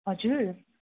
हजुर